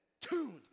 tuned